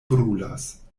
brulas